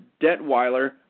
Detweiler